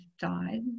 died